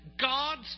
God's